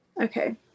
Okay